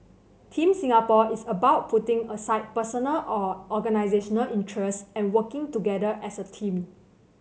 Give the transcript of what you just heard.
Team Singapore is about putting aside personal or organisational interest and working together as a team